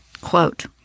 Quote